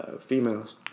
females